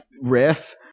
riff